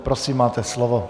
Prosím, máte slovo.